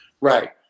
Right